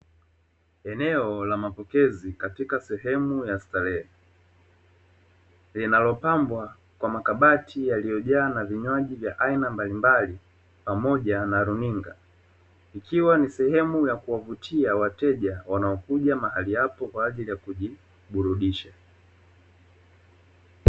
Eneo la mapokezi katika sehemu ya starehe linalopambwa kwa makabati yanayojaa kwa vinywaji vya aina mbalimbali, pamoja na runinga ikiwa ni sehemu ya kuwavutia wateja wanaokuja mahali hapo kwaajili ya kujiburudisha.